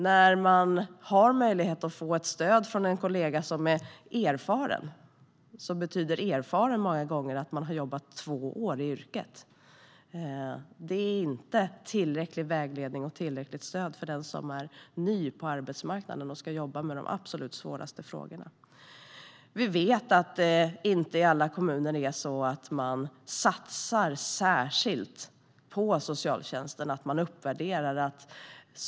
När de har möjlighet att få stöd från en kollega som är erfaren betyder erfaren många gånger att kollegan har jobbat två år i yrket. Det är inte tillräcklig vägledning och tillräckligt stöd för den som är ny på arbetsmarknaden och ska jobba med de absolut svåraste frågorna. Vi vet att man inte i alla kommuner satsar särskilt på socialtjänsten.